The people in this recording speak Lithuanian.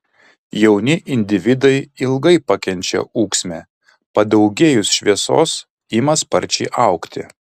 jauni individai ilgai pakenčia ūksmę padaugėjus šviesos ima sparčiai augti